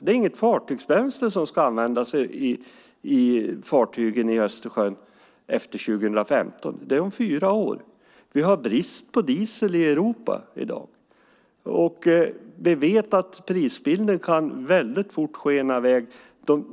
Det är inget fartygsbränsle som ska användas i fartygen i Östersjön efter 2015, och det är om fyra år. Vi har brist på diesel i Europa i dag. Vi vet att prisbilden kan skena i väg väldigt fort.